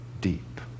deep